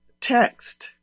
text